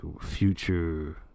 future